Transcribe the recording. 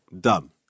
Done